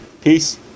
Peace